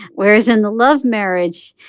whereas in the love marriage,